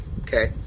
Okay